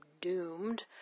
doomed